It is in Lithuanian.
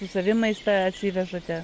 su savim maistą atsivežate